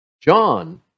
John